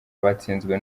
batsinzwe